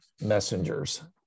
messengers